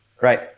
Right